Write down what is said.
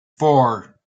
four